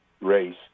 race